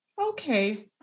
Okay